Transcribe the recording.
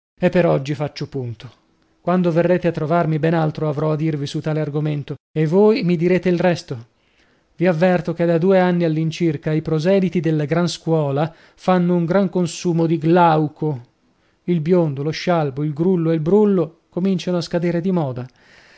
e per oggi faccio punto quando verrete a trovarmi ben altro avrò a dirvi su tale argomento e voi mi direte il resto vi avverto che da due anni all'incirca i proseliti della gran scuola fanno un gran consumo di glauco il biondo lo scialbo il grullo ed il brullo cominciano a scadere di moda